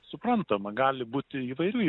suprantama gali būti įvairių